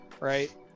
right